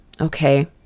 okay